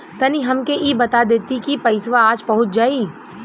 तनि हमके इ बता देती की पइसवा आज पहुँच जाई?